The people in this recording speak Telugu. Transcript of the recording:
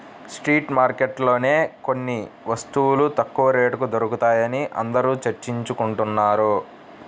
స్ట్రీట్ మార్కెట్లలోనే కొన్ని వస్తువులు తక్కువ రేటుకి దొరుకుతాయని అందరూ చర్చించుకుంటున్నారు